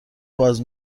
باز